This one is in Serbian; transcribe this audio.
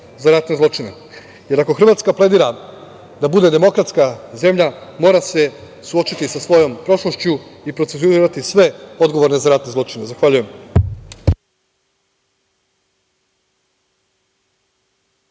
za ratne zločine? Jer, ako Hrvatska pledira da bude demokratska zemlja, mora se suočiti sa svojom prošlošću i procesuirati sve odgovorne za ratne zločine. Zahvaljujem.